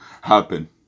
happen